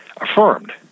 affirmed